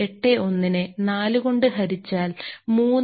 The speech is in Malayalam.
81 നെ 4 കൊണ്ട് ഹരിച്ചാൽ 3